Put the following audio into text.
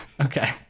okay